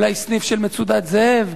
אולי סניף של "מצודת זאב",